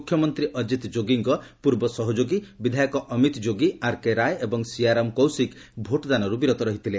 ମୁଖ୍ୟମନ୍ତ୍ରୀ ଅଜିତ ଯୋଗୀଙ୍କ ପୂର୍ବ ସହଯୋଗୀ ବିଧାୟକ ଅମିତ ଯୋଗୀ ଆର୍କେ ରାୟ ଏବଂ ସିଆରାମ୍ କୌଶିକ୍ ଭୋଟ ଦାନରୁ ବିରତ ରହିଥିଲେ